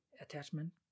attachment